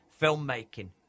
filmmaking